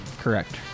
Correct